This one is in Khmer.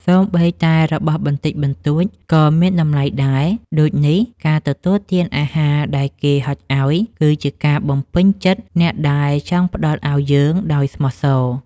សូម្បីតែរបស់បន្តិចបន្តួចក៏មានតម្លៃដែរ ដូចនេះការទទួលទានអាហារដែលគេហុចឱ្យ គឺជាការបំពេញចិត្តអ្នកដែលចង់ផ្តល់ឱ្យយើងដោយស្មោះសរ។